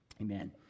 amen